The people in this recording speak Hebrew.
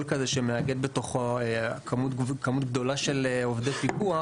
שמאגד בתוכו כמות גדולה של עובדי פיקוח,